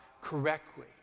correctly